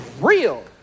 real